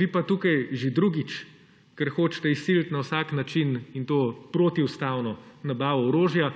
Vi pa ste tukaj že drugič, ker hočete izsiliti na vsak način, in to protiustavno, nabavo orožja,